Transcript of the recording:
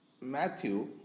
Matthew